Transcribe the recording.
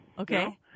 Okay